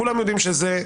כולם יודעים שזה,